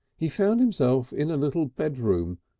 he found himself in a little bedroom,